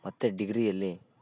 ಮತ್ತು ಡಿಗ್ರಿಯಲ್ಲಿ